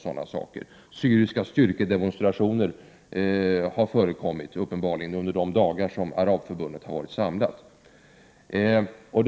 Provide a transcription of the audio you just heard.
Syriska styrkedemonstrationer har förekommit under de dagar som Arabförbundet har varit samlat.